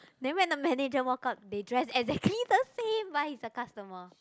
then when the manager walk up they dress exactly the same but he's a customer